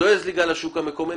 שאין זליגה לשוק המקומי,